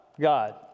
God